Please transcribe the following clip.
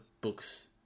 books